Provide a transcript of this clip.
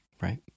Right